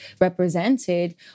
represented